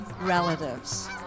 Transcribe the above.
relatives